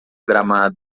gramado